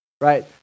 right